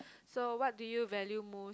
so what do you value most